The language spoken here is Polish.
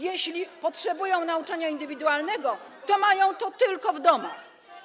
Jeśli potrzebują nauczania indywidualnego, to mają to tylko w domach.